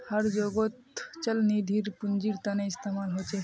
हर जोगोत चल निधिर पुन्जिर तने इस्तेमाल होचे